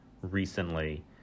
recently